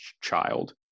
child